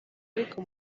ariko